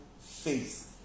faith